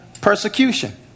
persecution